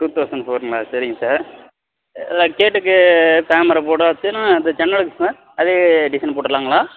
two thousand ஃபோர்ங்களா சரிங்க sir அதுதான் கேட்டுக்கு தாமரை போட்டாச்சின்னால் இந்த ஜன்னலுக்கு சார் அதே டிசைன் போட்டுடலாங்களா